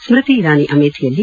Smriti Irani ಆಮೇಥಿಯಲ್ಲಿ